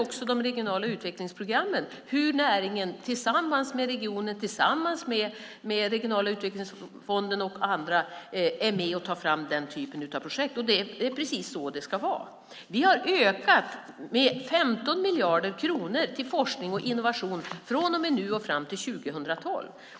Också de regionala utvecklingsprogrammen visar hur näringen tillsammans med regionen, Regionala utvecklingsfonden och andra är med och tar fram den typen av projekt. Det är precis så det ska vara. Vi har ökat satsningen på forskning och innovation med 15 miljarder kronor från och med nu och fram till 2012.